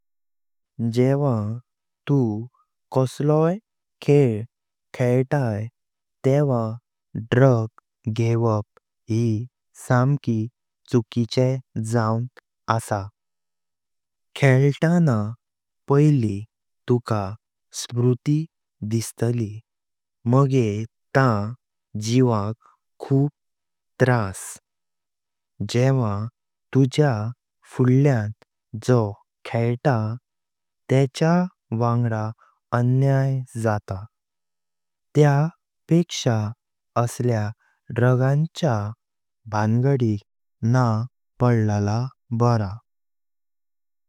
जेव्हा तु कसलोई खेल खेलताय तेव्हा ड्रग घेवप ही समकी चुकिची जावण आस। खेलताना पैलि तुका बरी स्मृती दिसताली मागे तां जीवाक खूप त्रास। जेव्हा तुझ्या फुडल्यां जो खेलता तेचा वांगडा अन्याय जाता, त्या पेक्षा असला ड्रग्साचा भांगाडिक नाह पडलो बरा।